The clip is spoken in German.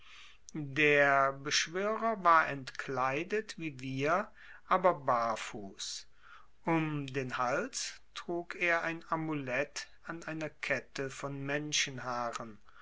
der beschwörer war entkleidet wie wir aber barfuß um den bloßen hals trug er ein amulett an einer kette von